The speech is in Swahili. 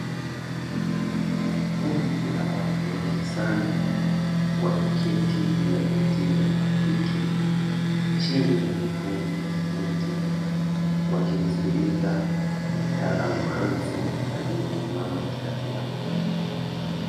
Kundi la watu wengi sana wameketi juu ya viti vya plastiki chini ya vivuli vya miti, wakimsikiliza mtaalamu wa ardhi aliyesimama katikati yao.